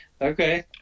Okay